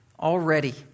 already